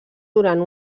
durant